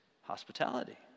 hospitality